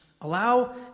Allow